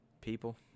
people